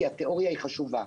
כי התיאוריה היא חשובה.